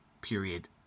period